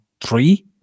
three